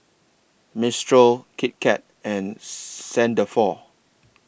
Mistral Kit Kat and Saint Dalfour